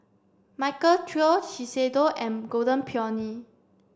Michael Trio Shiseido and Golden Peony